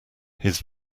his